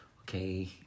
okay